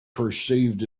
perceived